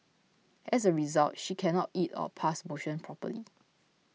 as a result she cannot eat or pass motion properly